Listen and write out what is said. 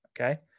Okay